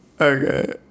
Okay